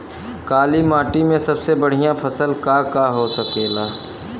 काली माटी में सबसे बढ़िया फसल का का हो सकेला?